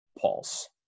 pulse